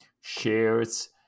shares